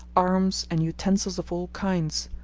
arms and utensils of all kinds,